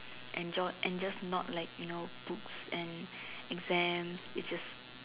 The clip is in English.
and and just not like you know books and exams it's just